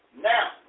Now